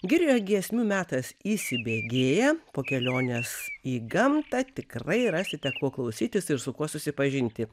girioje giesmių metas įsibėgėja po kelionės į gamtą tikrai rasite ko klausytis ir su kuo susipažinti